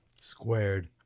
Squared